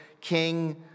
king